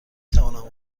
توانم